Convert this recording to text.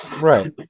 Right